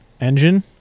engine